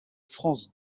france